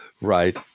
Right